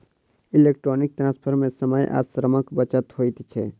electronic transfer मे समय आ श्रमक बचत होइत छै